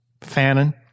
Fannin